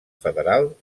federal